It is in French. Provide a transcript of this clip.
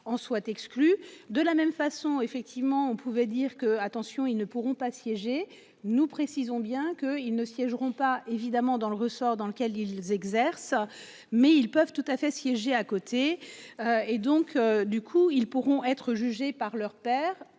en soit exclus de la même façon, effectivement on pouvait dire que, attention, ils ne pourront pas siéger nous précisons bien que ils ne siégeront pas évidemment dans le ressort dans lequel ils exercent mais ils peuvent tout à fait siéger à côté. Et donc du coup ils pourront être jugés par leurs pairs